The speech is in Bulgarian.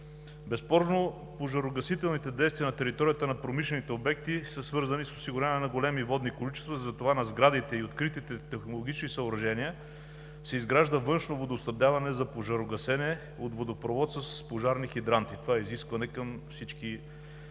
Безспорно пожарогасителните действия на територията на промишлените обекти са свързани с осигуряване на големи водни количества, затова на сградите и откритите технологични съоръжения се изгражда външно водоснабдяване за пожарогасене от водопровод с пожарни хидранти – това е изискване към всички